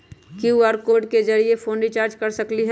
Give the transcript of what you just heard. QR code के जरिय phone recharge कर सकली ह?